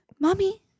mommy